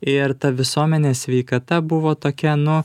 ir ta visuomenės sveikata buvo tokia nu